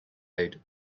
laid